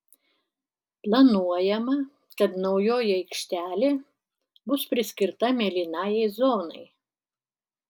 planuojama kad naujoji aikštelė bus priskirta mėlynajai zonai